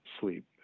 sleep